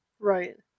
Right